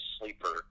sleeper